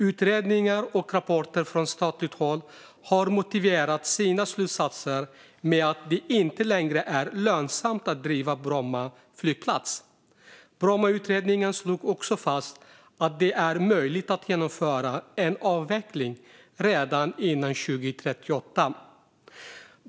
Utredningar och rapporter från statligt håll har motiverat sina slutsatser med att det inte längre är lönsamt att driva Bromma flygplats. Brommautredningen slog också fast att det är möjligt att genomföra en avveckling redan innan 2038.